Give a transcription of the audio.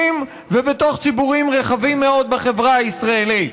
ובתוך ציבורים רחבים מאוד בחברה הישראלית.